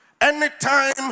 Anytime